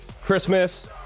Christmas